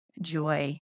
joy